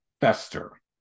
fester